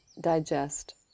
digest